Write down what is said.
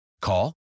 Call